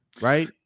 Right